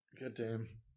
Goddamn